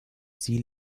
sie